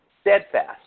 steadfast